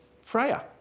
Freya